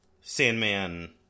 Sandman